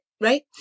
right